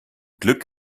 glück